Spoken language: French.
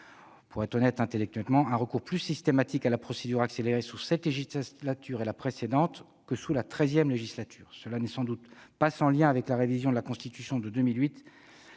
pour être honnête intellectuellement, on constate un recours plus systématique sous cette législature et la précédente que sous la XIII législature. Cela n'est sans doute pas sans lien avec la révision de la Constitution de 2008,